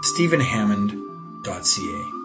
stephenhammond.ca